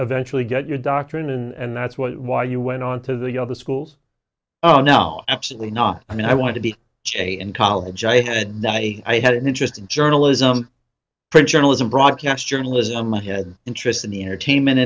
eventually get your doctrine and that's why you went on to the other schools oh no absolutely not i mean i want to be che in college i had i had an interest in journalism print journalism broadcast journalism i had interest in the entertainment